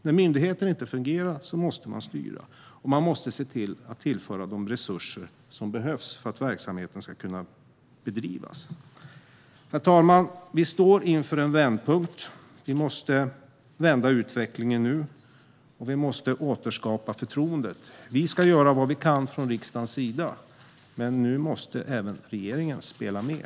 När en myndighet inte fungerar måste man styra, och man måste tillföra de resurser som behövs för att verksamheten ska kunna bedrivas. Herr talman! Vi står inför en vändpunkt. Vi måste vända utvecklingen nu, och vi måste återskapa förtroendet. Vi ska göra vad vi kan från riksdagens sida, men nu måste regeringen spela med.